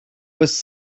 was